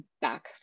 back